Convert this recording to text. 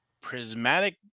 prismatic